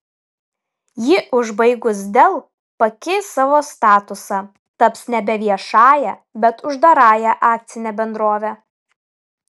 jį užbaigus dell pakeis savo statusą taps nebe viešąja bet uždarąja akcine bendrove